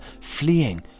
fleeing